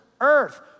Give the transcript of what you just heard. earth